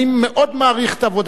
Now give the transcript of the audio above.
אני מאוד מעריך את עבודתך,